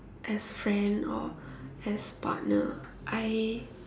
as friend or as partner I